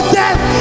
death